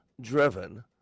driven